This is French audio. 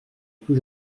plus